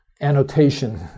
annotation